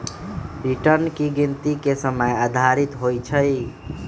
return की गिनति के समय आधारित होइ छइ